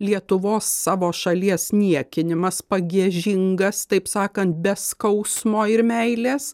lietuvos savo šalies niekinimas pagiežingas taip sakant be skausmo ir meilės